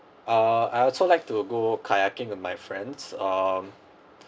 uh I also like to go kayaking and my friends um